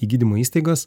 į gydymo įstaigas